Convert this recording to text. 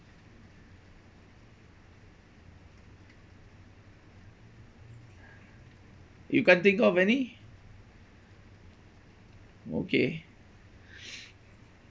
you can't think of any okay